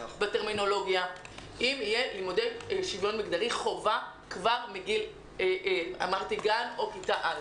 בטרמינולוגיה אם יהיו לימודי שוויון מגדרי חובה כבר מגיל גן או כיתה א'.